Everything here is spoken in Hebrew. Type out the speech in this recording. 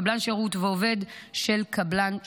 קבלן שירות ועובד של קבלן שירות.